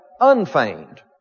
unfeigned